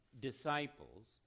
disciples